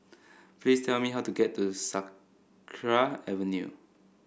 please tell me how to get to Sakra Avenue